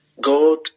God